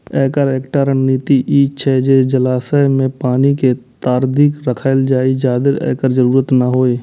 एकर एकटा रणनीति ई छै जे जलाशय मे पानि के ताधरि राखल जाए, जाधरि एकर जरूरत नै हो